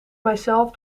mijzelf